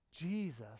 Jesus